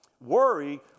worry